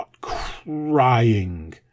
crying